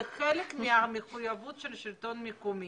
זה חלק מהמחויבות של השלטון המקומי.